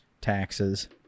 taxes